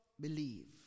believe